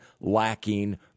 lacking